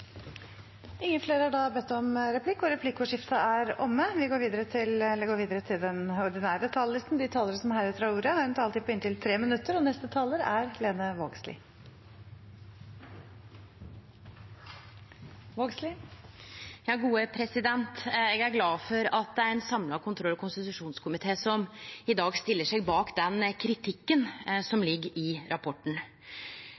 Replikkordskiftet er omme. De talere som heretter får ordet, har en taletid på inntil 3 minutter. Eg er glad for at det er ein samla kontroll- og konstitusjonskomité som i dag stiller seg bak den kritikken som